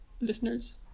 listeners